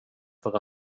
för